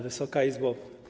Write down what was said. Wysoka Izbo!